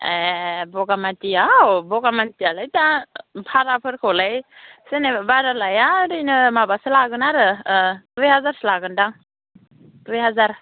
ए बगामातिआव बगामातियालाय दा भाराफोरखौलाय जेनेबा बारा लाया ओरैनो माबासो लागोन आरो दुइ हाजारसो लागोनदां दुइ हाजार